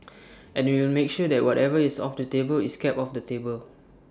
and we will make sure that whatever is off the table is kept off the table